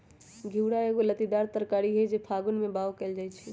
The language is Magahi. घिउरा एगो लत्तीदार तरकारी हई जे फागुन में बाओ कएल जाइ छइ